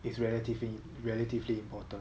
is relatively relatively important